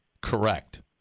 Correct